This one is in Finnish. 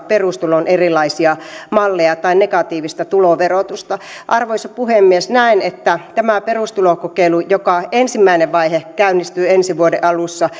perustulon erilaisia malleja tai negatiivista tuloverotusta arvoisa puhemies näen että tämä perustulokokeilu jonka ensimmäinen vaihe käynnistyy ensi vuoden alussa